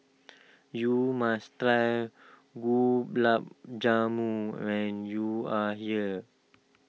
you must try Gulab Jamun when you are here